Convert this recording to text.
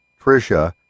Trisha